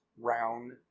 round